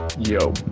Yo